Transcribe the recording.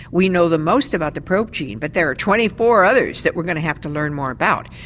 we know the most about the prop gene but there are twenty four others that we're going to have to learn more about.